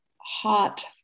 hot